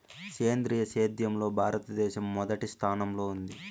సేంద్రీయ సేద్యంలో భారతదేశం మొదటి స్థానంలో ఉంది